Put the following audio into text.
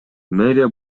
мэрия